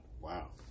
Wow